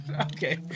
Okay